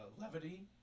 levity